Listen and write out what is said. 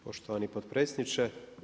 Poštovani potpredsjedniče.